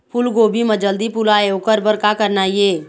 फूलगोभी म जल्दी फूल आय ओकर बर का करना ये?